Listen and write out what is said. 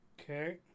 okay